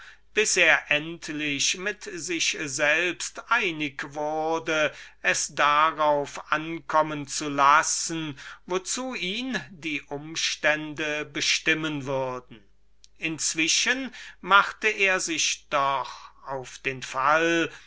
bis er endlich mit sich selbst einig wurde es darauf ankommen zu lassen wozu ihn die umstände bestimmen würden inzwischen machte er sich auf den fall